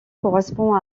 correspond